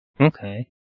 Okay